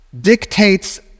dictates